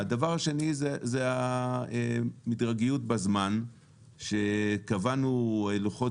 הדבר השני זה המדרגיות בזמן שקבענו לוחות